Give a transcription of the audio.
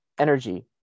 Energy